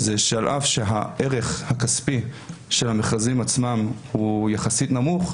על אף שהערך הכספי של המכרזים עצמם הוא יחסית נמוך,